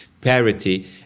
parity